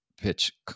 pitch